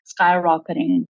skyrocketing